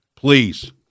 Please